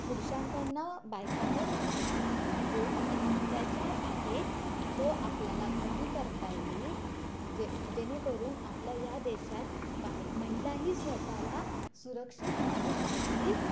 पुरुषांकडनं बायकांवर होणारा जो काही अत्याचार आहे तो आपल्याला कमी करता येईल जे जेणेकरून आपल्या या देशात बाय महिलाही स्वतःला सुरक्षित मानू शकतील